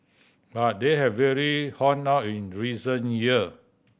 but they have really honed up in recent year